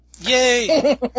Yay